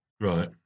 Right